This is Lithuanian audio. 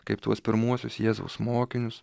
kaip tuos pirmuosius jėzaus mokinius